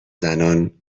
زنان